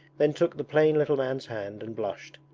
then took the plain little man's hand and blushed.